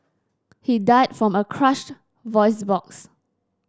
he died from a crushed voice box